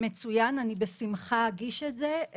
מצוין, אני בשמחה אגיש את זה.